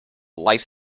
life